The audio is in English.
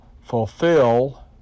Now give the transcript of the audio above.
fulfill